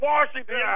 Washington